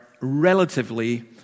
relatively